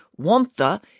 Wantha